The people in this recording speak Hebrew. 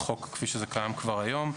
בחוק כפי שזה קיים כבר היום,